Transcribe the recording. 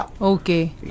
Okay